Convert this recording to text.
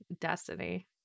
destiny